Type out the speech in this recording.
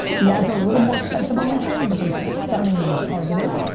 the ads are a little more expensive on linkedin but they're stunningly targeted.